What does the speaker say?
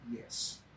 Yes